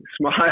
smile